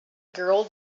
girl